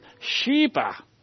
Sheba